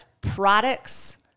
products